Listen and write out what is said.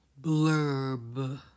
blurb